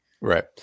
right